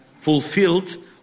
fulfilled